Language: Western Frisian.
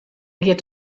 giet